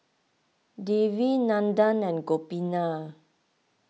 Devi Nandan and Gopinath